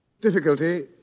Difficulty